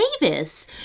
Davis